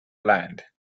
land